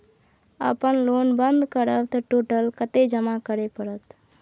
अपन लोन बंद करब त टोटल कत्ते जमा करे परत?